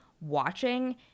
watching